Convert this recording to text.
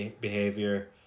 behavior